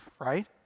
right